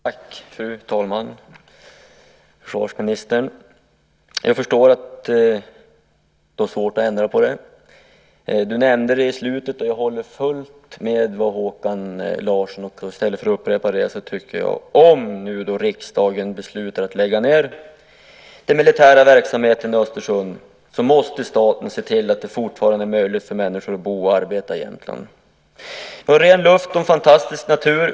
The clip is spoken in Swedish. Fru talman! Försvarsministern! Jag förstår att du har svårt att ändra på det beslutet. Jag håller fullt med om vad Håkan Larsson och Camilla Sköld Jansson har sagt, men i stället för att upprepa det menar jag att om riksdagen beslutar att lägga ned den militära verksamheten i Östersund måste staten se till att det fortfarande är möjligt för människor att bo och arbeta i Jämtland. Vi har ren luft och fantastisk natur.